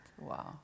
Wow